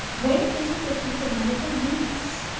where is it they keep the medical venus?